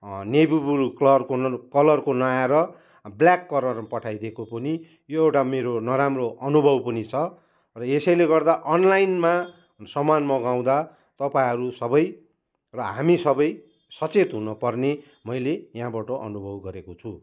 navy blue कलरको कलरको नआएर ब्ल्याक कलर पठाइदिएको पनि यो एउटा मेरो नराम्रो अनुभव पनि छ र यसैले गर्दा अनलाइनमा सामान मगाउँदा तपाईँहरू सबै र हामी सबै सचेत हुनुपर्ने मैले यहाँबाट अनुभव गरेको छु